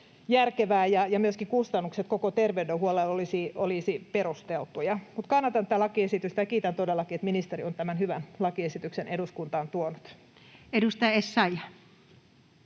järkevää ja myöskin kustannukset koko terveydenhuollolle olisivat perusteltuja. Mutta kannatan tätä lakiesitystä ja kiitän todellakin, että ministeri on tämän hyvän lakiesityksen eduskuntaan tuonut. [Speech 15]